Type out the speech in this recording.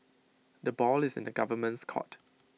the ball is in the government's court